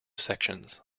sections